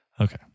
Okay